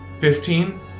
Fifteen